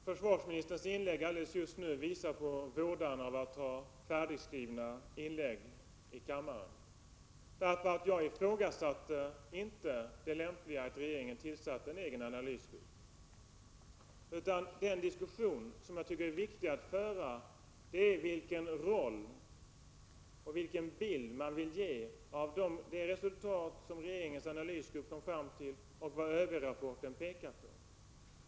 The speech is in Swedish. Herr talman! Försvarsministerns inlägg nyss visar på vådan av att ha färdigskrivna inlägg i kammaren. Jag ifrågasatte inte det lämpliga i att regeringen tillsatte en egen analysgrupp. Den diskussion som jag tycker det är viktigt att föra gäller vilken roll man vill tilldela regeringens analysgrupp och vilken bild man vill ge av de resultat som gruppen kom fram till resp. vad ÖB-rapporten pekar på.